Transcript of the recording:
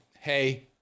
Hey